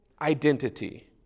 identity